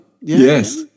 Yes